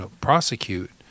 prosecute